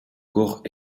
corps